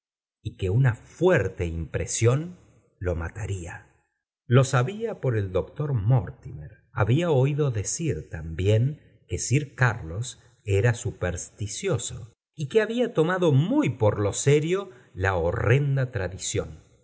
y que una fuerte impresión lo mataría lo sabía por el doctor mortimer había oído decir también que sir carlos era supersticioso y que había tomado muy por lo serio la horrenda tradición